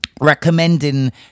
recommending